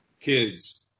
Kids